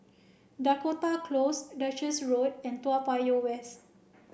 Dakota Close Duchess Road and Toa Payoh West